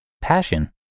passion